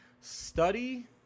study